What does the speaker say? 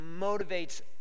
motivates